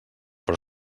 però